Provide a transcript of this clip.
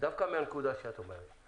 דווקא מהנקודה שאת אומרת.